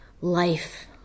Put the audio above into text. life